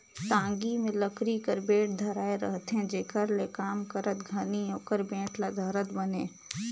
टागी मे लकरी कर बेठ धराए रहथे जेकर ले काम करत घनी ओकर बेठ ल धरत बने